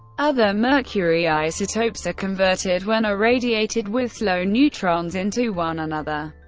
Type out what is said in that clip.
other mercury isotopes are converted when irradiated with slow neutrons into one another,